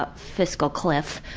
ah fiscal cliff.